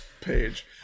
page